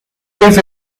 کسی